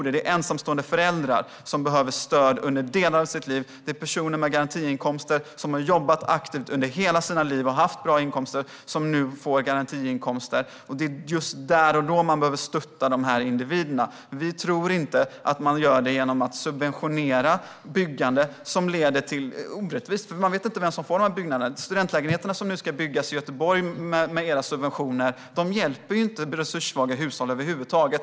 Det handlar om ensamstående föräldrar som behöver stöd under delar av sitt liv, och det handlar om personer med garantiinkomster som har jobbat aktivt under hela sitt liv och haft bra inkomster men nu får garantiinkomster. Det är där och då man behöver stötta dessa individer. Vi tror inte att man gör det genom att subventionera byggande. Det blir orättvist, för man vet inte vem som får byggnaderna. De studentlägenheter som nu ska byggas i Göteborg med era subventioner hjälper ju inte resurssvaga hushåll över huvud taget.